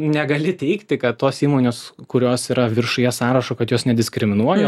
negali teigti kad tos įmonės kurios yra viršuje sąrašo kad jos nediskriminuoja